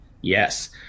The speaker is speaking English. Yes